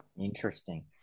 interesting